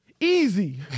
easy